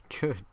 good